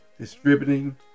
distributing